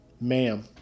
ma'am